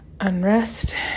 unrest